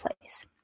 place